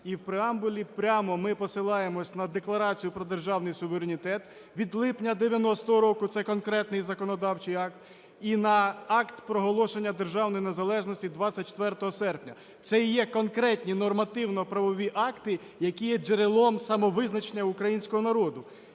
і в преамбулі прямо ми посилаємося на Декларацію про державний суверенітет від липня 1990 року, це конкретний законодавчий акт, і на Акт проголошення державної незалежності 24 серпня. Це і є конкретні нормативно-правові акти, які є джерелом самовизначення українського народу.